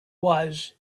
was